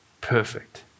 perfect